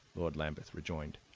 lord lambeth rejoined.